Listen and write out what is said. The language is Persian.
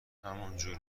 همینجور